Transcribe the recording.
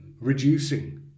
reducing